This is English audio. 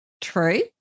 true